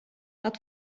att